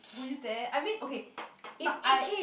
will you dare I mean okay if I